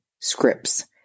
scripts